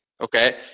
Okay